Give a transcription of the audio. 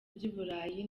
by’uburayi